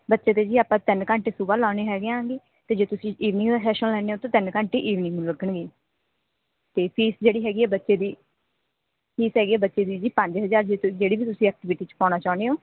ਬੱਚੇ 'ਤੇ ਜੀ ਆਪਾਂ ਤਿੰਨ ਘੰਟੇ ਸੁਬਹ ਲਾਉਣੇ ਹੈਗੇ ਆ ਜੀ ਅਤੇ ਜੇ ਤੁਸੀਂ ਈਵਨਿੰਗ ਦਾ ਸੈਸ਼ਨ ਲੈਂਦੇ ਹੋ ਤਾਂ ਤਿੰਨ ਘੰਟੇ ਈਵਨਿੰਗ ਨੂੰ ਲੱਗਣਗੇ ਅਤੇ ਫੀਸ ਜਿਹੜੀ ਹੈਗੀ ਆ ਬੱਚੇ ਦੀ ਫੀਸ ਹੈਗੀ ਆ ਬੱਚੇ ਦੀ ਜੀ ਪੰਜ ਹਜ਼ਾਰ ਜੇ ਤੁਸ ਜਿਹੜੀ ਵੀ ਤੁਸੀਂ ਐਕਟੀਵਿਟੀ 'ਚ ਪਾਉਣਾ ਚਾਹੁੰਦੇ ਹੋ